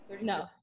No